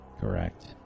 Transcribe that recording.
Correct